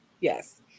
Yes